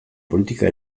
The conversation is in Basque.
politika